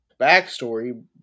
backstory